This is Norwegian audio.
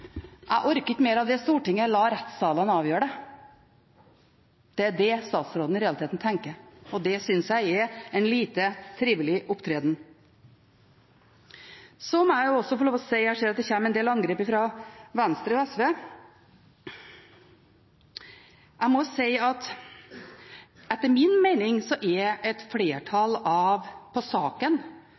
Jeg orker ikke mer av det stortinget – jeg lar rettssalene avgjøre det. Det er det statsråden i realiteten tenker. Det synes jeg er en lite trivelig opptreden. Jeg må også få lov til å si – jeg ser at det kommer en del angrep fra Venstre og SV – at etter min mening er flertallet i saken, Høyre, Fremskrittspartiet, Arbeiderpartiet, Kristelig Folkeparti og Senterpartiet, et ganske bredt flertall. Så